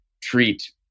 treat